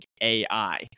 AI